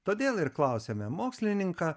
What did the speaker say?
todėl ir klausiame mokslininką